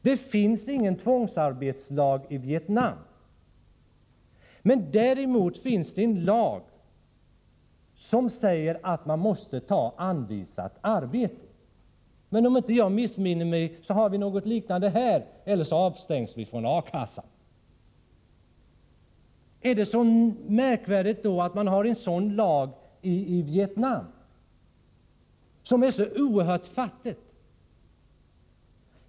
Det finns ingen tvångsarbetslag i Vietnam. Däremot finns det en lag som säger att man måste ta anvisat arbete. Är det så märkvärdigt att man har en sådan lag i Vietnam, som är så oerhört fattigt?